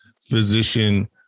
physician